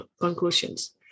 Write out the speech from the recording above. conclusions